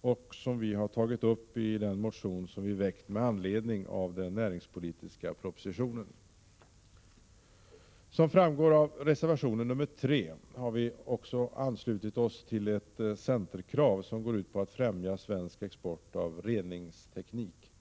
och som vi tagit upp i en motion som vi väckt med anledning av den näringspolitiska propositionen. Som framgår av reservation 3 har vi också anslutit oss till ett centerkrav som går ut på att främja svensk export av reningsteknik.